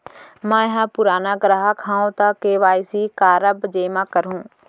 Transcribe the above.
मैं ह पुराना ग्राहक हव त के.वाई.सी काबर जेमा करहुं?